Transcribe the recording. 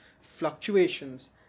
fluctuations